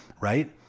right